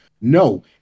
No